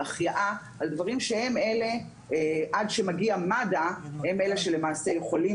על החייאה דברים שהם אלה שעד שמגיע מד"א הם יכולים